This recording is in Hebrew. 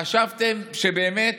חשבתם שבאמת